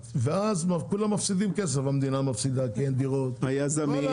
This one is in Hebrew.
ואז כולם מפסידים כסף המדינה מפסידה כי אין דירות וכו'.